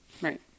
Right